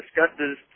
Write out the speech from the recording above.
discusses